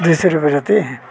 दुई सौ रुपियाँ जति